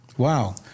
Wow